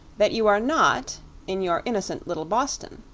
that you are not in your innocent little boston.